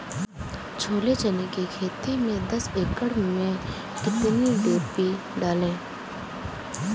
छोले चने की खेती में दस एकड़ में कितनी डी.पी डालें?